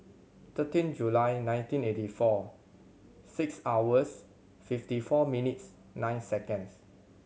thirteen July nineteen eighty four six hours fifty four minutes nine seconds